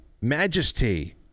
Majesty